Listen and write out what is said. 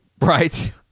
Right